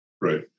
Right